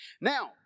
Now